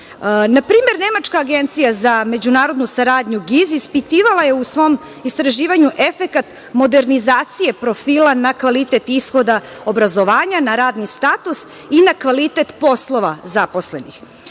Na primer, nemačka agencija za međunarodnu saradnju GIZ, ispitivala je u svom istraživanju efekat modernizacije profila na kvalitet ishoda obrazovanja na radni status i na kvalitet poslova zaposlenih.